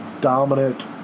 dominant